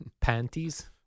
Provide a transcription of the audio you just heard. Panties